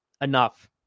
enough